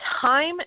time